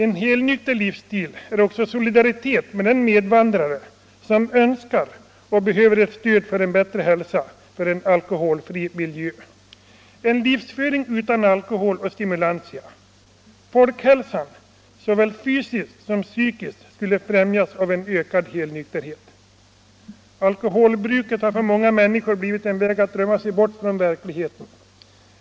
En helnykter livsstil är också solidaritet med den medvandrare som önskar och behöver ett stöd för en bättre hälsa — för en alkoholfri miljö. Folkhälsan, såväl fysiskt som psykiskt, skulle främjas av en ökad helnykterhet, en livsföring utan alkohol och andra stimulantia. Alkoholbruket har för många människor blivit en väg att drömma sig bort från verkligheten.